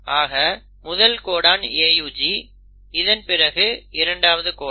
ஆக முதல் codon AUG இதன் பிறகு இரண்டாவது கோடன்